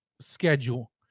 schedule